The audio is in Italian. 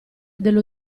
dello